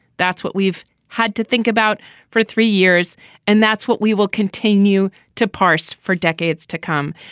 that's what we've had to think about for three years and that's what we will continue to pass for decades to come.